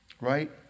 right